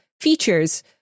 features